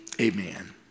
Amen